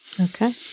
Okay